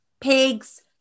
pigs